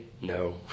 no